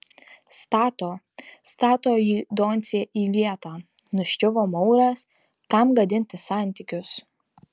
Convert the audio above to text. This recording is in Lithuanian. stato stato jį doncė į vietą nuščiuvo mauras kam gadinti santykius